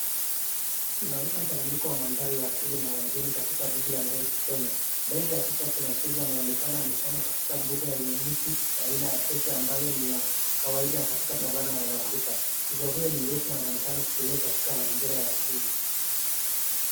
Inaonyesha mchanganyiko wa mandhari ya asili na ya mjini katika jiji la Nairobi, Kenya, mbele ya picha kuna twiga anayeonekana amesimama katika mbuga yenye miti, ya aina ya acacia ambayo ni ya, kawaida katika savannah za Afrika, twiga huyu ni mrefu na anaonekana kutulia katika mazingira ya asili.